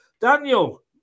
Daniel